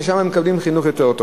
כי שם הם מקבלים חינוך טוב יותר,